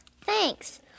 Thanks